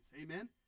Amen